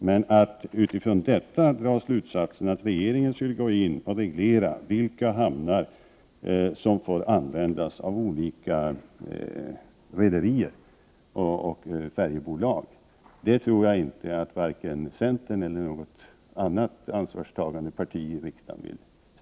Men att utifrån detta dra slutsatsen att regeringen skulle gå in och reglera vilka hamnar som får användas av olika rederier och färjebolag tror jag inte att vare sig centern eller något annat ansvarstagande parti i riksdagen skulle vilja.